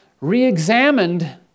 re-examined